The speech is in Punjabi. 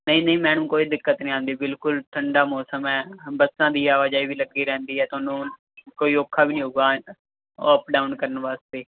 ਨਹੀਂ ਨਹੀਂ ਮੈਡਮ ਕੋਈ ਦਿੱਕਤ ਨਹੀਂ ਆਉਂਦੀ ਬਿਲਕੁਲ ਠੰਡਾ ਮੌਸਮ ਹੈ ਬੱਸਾਂ ਦੀ ਆਵਾਜਾਈ ਵੀ ਲੱਗੀ ਰਹਿੰਦੀ ਹੈ ਤੁਹਾਨੂੰ ਕੋਈ ਔਖਾ ਵੀ ਨਹੀਂ ਹੋਊਗਾ ਐਂ ਤਾਂ ਉਹ ਅਪ ਡਾਊਨ ਕਰਨ ਵਾਸਤੇ